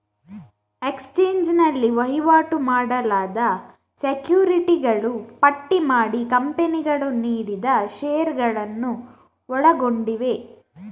exchange ನಲ್ಲಿ ವಹಿವಾಟು ಮಾಡಲಾದ ಸೆಕ್ಯುರಿಟಿಗಳು ಪಟ್ಟಿ ಮಾಡಿದ ಕಂಪನಿಗಳು ನೀಡಿದ ಷೇರುಗಳನ್ನು ಒಳಗೊಂಡಿವೆ